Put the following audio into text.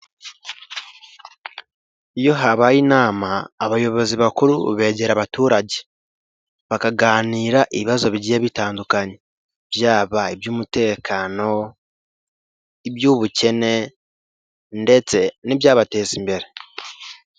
Iyo habaye inama abayobozi bakuru begera abaturage, bakaganira ibibazo bigiye bitandukanye, byaba iby'umutekano, iby'ubukene ndetse n'ibyabateza imbere.